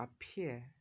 appear